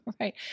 Right